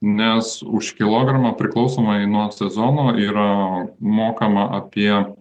nes už kilogramą priklausomai nuo sezono yra mokama apie